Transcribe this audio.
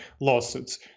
lawsuits